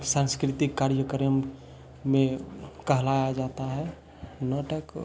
सांस्कृतिक कार्यक्रम में कहलाया जाता है नाटक